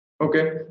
Okay